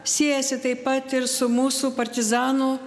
siejasi taip pat ir su mūsų partizanų